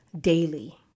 daily